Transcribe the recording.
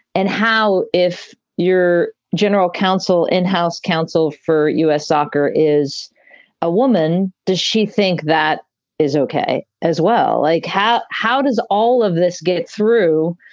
and how if your general counsel, in-house counsel for u s. soccer is a woman, does she think that is ok as well? like how how does all of this get through?